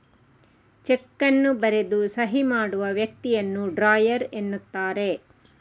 check ಅನ್ನು ಬರೆದು ಸಹಿ ಮಾಡುವ ವ್ಯಕ್ತಿಯನ್ನ ಡ್ರಾಯರ್ ಎನ್ನುತ್ತಾರೆ